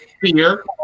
fear